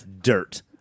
dirt